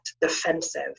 defensive